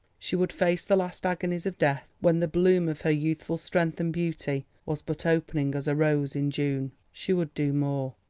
she would face the last agonies of death when the bloom of her youthful strength and beauty was but opening as a rose in june. she would do more,